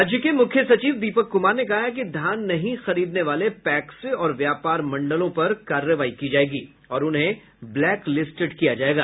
राज्य के मुख्य सचिव दीपक कुमार ने कहा है कि धान नहीं खरीदने वाले पैक्स और व्यापार मंडल पर कार्रवाई की जायेगी और उन्हें ब्लैक लिस्टेड किया जायेगा